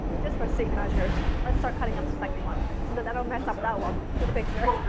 just for safe measures, let's start cutting up the second one so that i don't mess up that one for the picture.